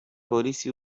polisi